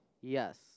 Yes